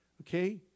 Okay